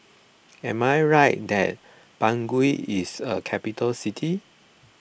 am I right that Bangui is a capital city